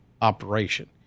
operation